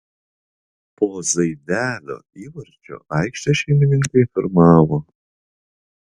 po zaidelio įvarčio aikštės šeimininkai pirmavo